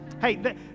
Hey